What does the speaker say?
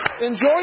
Enjoy